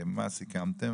מה סיכמתם,